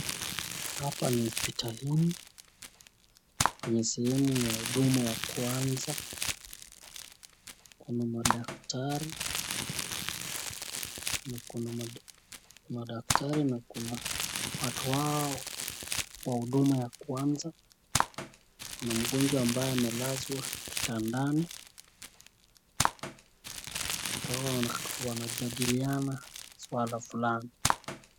Hapa ni hospitalini kwenye sehemu ya huduma ya kwanza. Kuna madaktari na kuna watu hao wa huduma ya kwanza. Kuna mgonjwa ambaye amelazwa kitandani. Watu hawa wanajadiliana swala fulani.